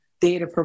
data